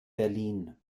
berlin